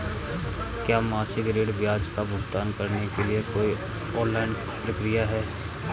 क्या मासिक ऋण ब्याज का भुगतान करने के लिए कोई ऑनलाइन प्रक्रिया है?